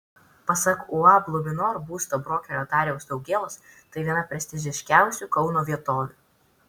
pasak uab luminor būsto brokerio dariaus daugėlos tai viena prestižiškiausių kauno vietovių